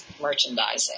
merchandising